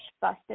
busted